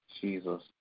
Jesus